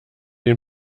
den